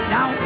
Now